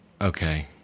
okay